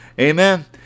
Amen